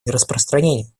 нераспространения